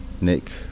Nick